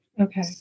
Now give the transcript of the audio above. Okay